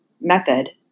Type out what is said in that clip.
method